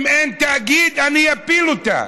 אם אין תאגיד, אני אפיל אותה.